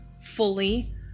fully